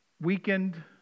weakened